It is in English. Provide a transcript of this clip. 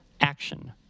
action